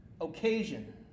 occasion